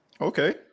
Okay